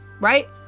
right